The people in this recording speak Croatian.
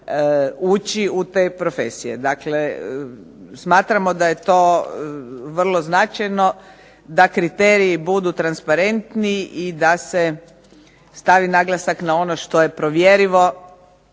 ući u te profesije. Dakle, smatramo da je to vrlo značajno da kriteriji budu transparentniji i da se stavi naglasak na ono što je provjerivo,